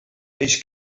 peix